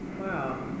Wow